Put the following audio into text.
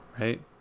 right